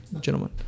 gentlemen